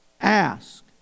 ask